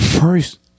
First